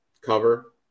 cover